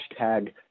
hashtag